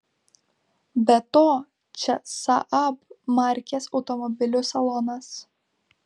be to čia saab markės automobilių salonas